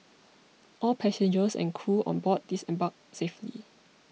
all passengers and crew on board disembarked safely